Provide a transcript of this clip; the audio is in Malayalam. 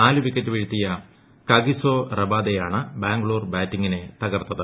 നാല് വിക്കറ്റ് വീഴ്ത്തിയ കഗിസോ റബാദയാണ് ബ്രാംഗ്ലൂർ ബാറ്റിങ്ങിനെ തകർത്തത്